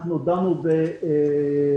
אנחנו דנו גם בתוכנית